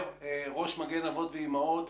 אומר ראש מגן אבות ואימהות,